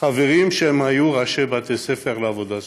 חברים שהיו ראשי בתי ספר לעבודה סוציאליות,